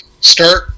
start